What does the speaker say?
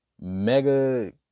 mega